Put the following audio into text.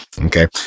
Okay